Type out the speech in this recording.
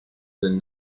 than